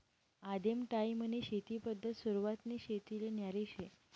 आदिम टायीमनी शेती पद्धत सुरवातनी शेतीले न्यारी शे